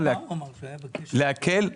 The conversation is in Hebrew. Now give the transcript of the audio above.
להקל --- הוא אמר שהוא היה בקשר עם קהלת?